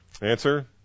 Answer